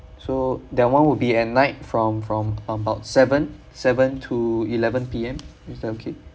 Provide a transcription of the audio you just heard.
so that [one] would be at night from from about seven seven to eleven P_M is that okay